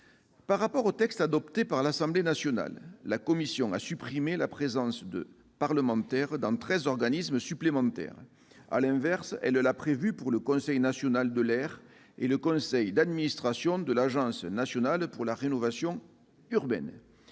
Par rapport au texte adopté par l'Assemblée nationale, la commission des lois a supprimé la présence de parlementaires dans treize organismes supplémentaires. À l'inverse, elle l'a prévue pour le Conseil national de l'air et le conseil d'administration de l'Agence nationale pour la rénovation urbaine.